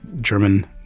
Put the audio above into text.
German